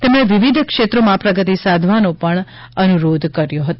તેમણે વિવધ ક્ષેત્રોમાં પ્રગતિ સાધવાનો અનુરોધ કર્યો હતો